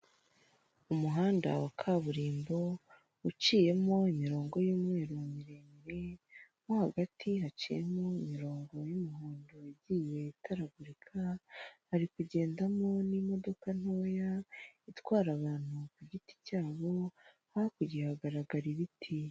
Umuhanda wa kaburimbo, uciyemo imirongo y'umweru miremire, mo hagati haciyemo imirongo y'umuhondo yagiye itaragurika, hari kugendamo n'imodoka ntoya itwara abantu ku giti cyabo, hakurya hagaragara ibiti.